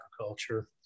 agriculture